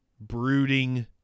brooding